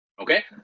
okay